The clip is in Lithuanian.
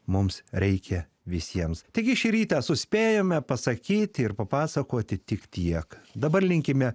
mums reikia visiems taigi šį rytą suspėjome pasakyti ir papasakoti tik tiek dabar linkime